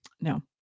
No